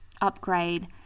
upgrade